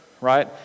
right